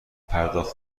پرداخت